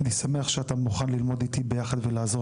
אני שמח שאתה מוכן ללמוד איתי ביחד ולעזור